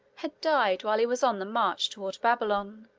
had died while he was on the march toward babylon.